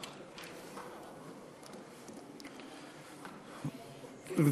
תודה,